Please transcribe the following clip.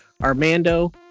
Armando